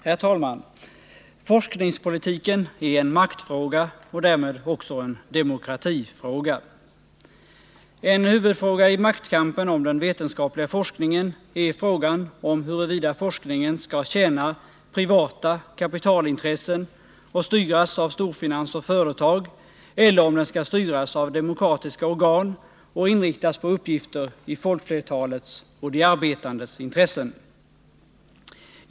Herr talman! Forskningspolitiken är en maktfråga och därmed också en demokratifråga. En huvudfråga i maktkampen om den vetenskapliga forskningen är frågan huruvida forskningen skall tjäna privata kapitalintressen och styras av storfinans och företag, eller om den skall styras av demokratiska organ och inriktas på uppgifter i folkflertalets och de arbetandes intressen.